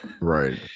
Right